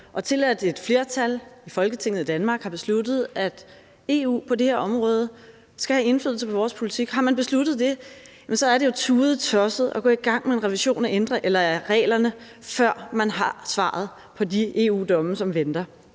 og til, at et flertal i Folketinget i Danmark har besluttet, at EU på det her område skal have indflydelse på vores politik. Har man besluttet det, er det jo tudetosset at gå i gang med en revision af reglerne, før man har svaret på de EU-domme, som venter,